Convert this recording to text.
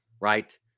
Right